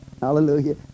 hallelujah